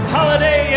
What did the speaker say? Holiday